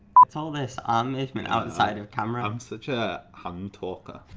what's all this arm movement outside of camera? i'm such a hand talker.